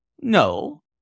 No